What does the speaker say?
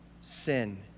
Sin